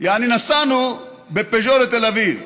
יעני נסענו בפיג'ו לתל אביב.